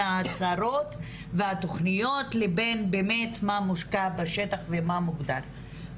ההצהרות והתכניות לבין באמת מה מושקע בשטח ומה מוגדר,